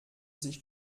sich